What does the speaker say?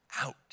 out